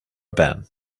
ben